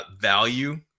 value